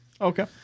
Okay